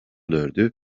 dördü